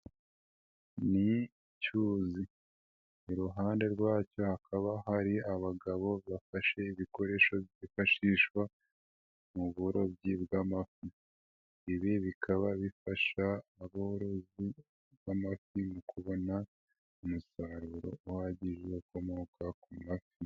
Ni icyuzi, iruhande rwacyo hakaba hari abagabo bafashe ibikoresho byifashishwa mu burobyi bw'amafi, ibi bikaba bifasha aborozi b'amafi mu kubona umusaruro uhagije ukomoka ku mafi.